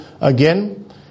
again